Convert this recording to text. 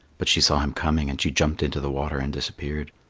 but she saw him coming and she jumped into the water and disappeared.